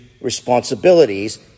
responsibilities